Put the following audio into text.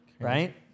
Right